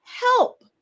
help